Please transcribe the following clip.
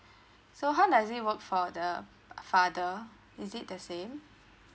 so how does it work for the father is it the same